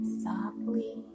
softly